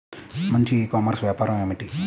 మంచి e commerce వ్యాపారం ఏమిటీ?